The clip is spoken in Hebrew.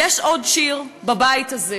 יש עוד בית בשיר הזה,